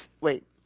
wait